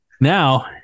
Now